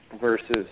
versus